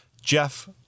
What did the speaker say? Jeff